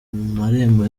marembo